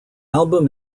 album